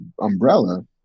umbrella